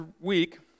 week